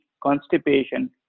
constipation